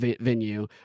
venue